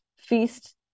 feast